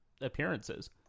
appearances